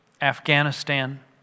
Afghanistan